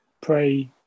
pray